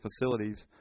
facilities